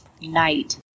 night